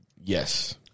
yes